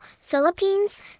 Philippines